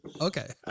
Okay